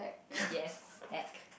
yes act